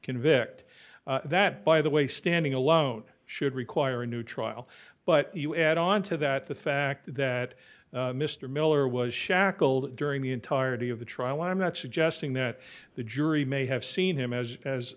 convict that by the way standing alone should require a new trial but you add on to that the fact that mr miller was shackled during the entirety of the trial i'm not suggesting that the jury may have seen him as as